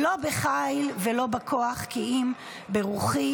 "לא בחיל ולא בכֹוח כי אם ברוחי".